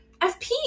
FP